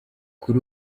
kuri